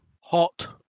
hot